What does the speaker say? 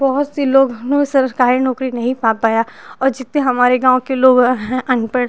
बहुत से लोग नो सरकारी नौकरी नहीं पा पाया और जितने हमारे गाँव के लोग हैं अनपढ़